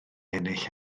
ennill